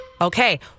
Okay